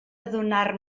adonar